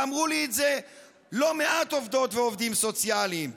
ואמרו לי את זה לא מעט עובדות ועובדים סוציאליים,